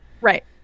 Right